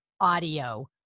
audio